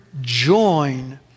join